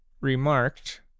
remarked